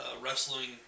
wrestling